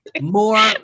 More